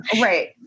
Right